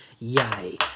Yay